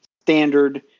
standard